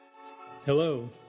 Hello